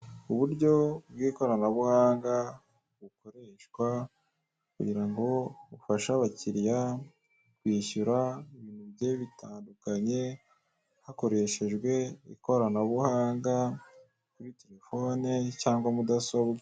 Uburyo bw'ikoranabuhanga bukoreshwa kugira ngo bufashe abakiriya kwishyura ibintu bigiye bitandukanye hakoreshejwe ikoranabuhanga kuri terefone cyangwa mudasobwa.